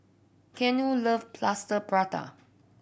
Keanu love Plaster Prata